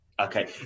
Okay